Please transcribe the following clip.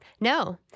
No